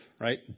right